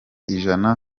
ijana